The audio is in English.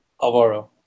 Alvaro